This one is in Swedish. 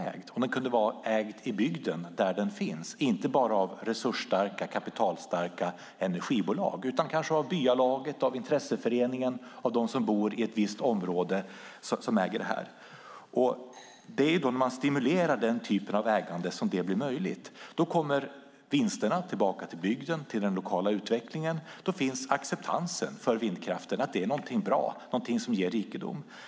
Det vore fint om den kunde vara ägd i bygden där den finns och inte bara av resursstarka, kapitalstarka energibolag utan kanske av byalaget, av intresseföreningen eller av dem som bor i ett visst område. Det är om man stimulerar den typen av ägande som det blir möjligt. Då kommer vinsterna tillbaka till bygden, till den lokala utvecklingen, och då finns acceptansen för att vindkraften är någonting bra och någonting som ger rikedom.